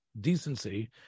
decency